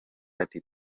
ati